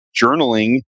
journaling